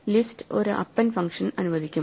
list ഒരു append function അനുവദിക്കും